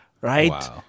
right